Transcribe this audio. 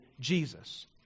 Jesus